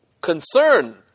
concern